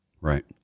Right